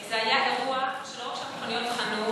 זה היה אירוע שלא רק שהמכוניות חנו,